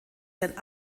sein